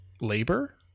labor